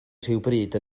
rhywbryd